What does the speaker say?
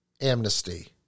Amnesty